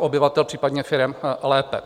obyvatel, případně firem lépe.